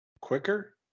Quicker